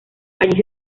allí